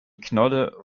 knolle